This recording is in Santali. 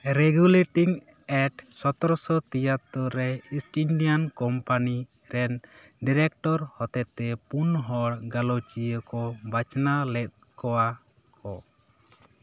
ᱨᱮᱜᱩᱞᱮᱴᱤᱝ ᱮᱠᱴ ᱥᱚᱛᱚ ᱛᱤᱭᱟᱛᱳᱨ ᱨᱮ ᱤᱥᱴ ᱤᱱᱰᱤᱭᱟᱱ ᱠᱳᱢᱯᱟᱱᱤ ᱨᱮᱱ ᱰᱤᱨᱮᱠᱴᱚᱨ ᱦᱚᱛᱮᱛᱮ ᱯᱩᱱᱦᱚᱲ ᱜᱟᱞᱚᱪᱤᱭᱟᱹ ᱠᱚ ᱵᱟᱪᱷᱱᱟᱣ ᱞᱮᱫᱽ ᱠᱚᱣᱟ ᱠᱚ